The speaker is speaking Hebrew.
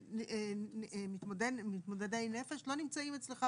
אנשים מתמודדי נפש לא נמצאים אצלך במערכת.